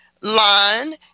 line